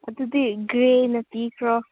ꯑꯗꯨꯗꯤ ꯒ꯭ꯔꯦꯅ ꯄꯤꯈ꯭ꯔꯣ